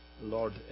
Lord